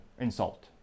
insult